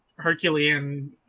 Herculean